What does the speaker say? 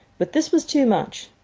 but this was too much.